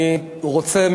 אני רוצה,